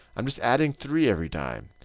i'm just adding three every time.